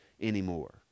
Anymore